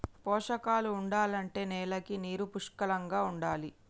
పోషకాలు ఉండాలంటే నేలకి నీరు పుష్కలంగా ఉండాలి